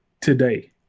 today